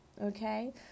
okay